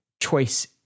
choice